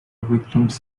victims